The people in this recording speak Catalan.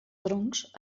troncs